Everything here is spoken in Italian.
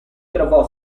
trovò